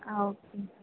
ஆ ஓகேங்க